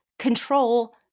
control